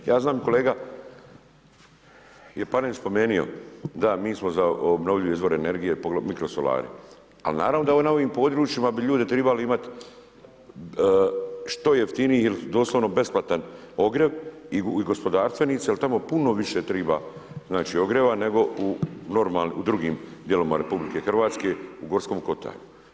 Ja znam kolega Panenić je spomenuo da mi smo za obnovljiv izvor energije mikrosolarij, ali naravno da na ovim područjima bi ljudi trebali imati što jeftiniji ili doslovno besplatan ogrjev i gospodarstvenici jer tamo puno više treba znači ogrijeva nego u drugim dijelovima RH u Gorskom Kotaru.